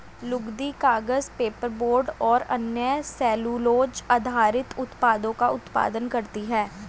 लुगदी, कागज, पेपरबोर्ड और अन्य सेलूलोज़ आधारित उत्पादों का उत्पादन करती हैं